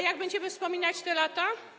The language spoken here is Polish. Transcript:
Jak będziemy wspominać te lata?